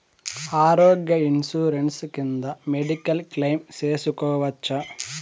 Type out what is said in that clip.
ఆరోగ్య ఇన్సూరెన్సు కింద medical claim సేసుకోవచ్చా?